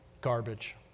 garbage